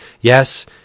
Yes